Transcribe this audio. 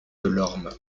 delorme